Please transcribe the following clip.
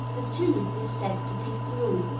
the tooth is said to be through.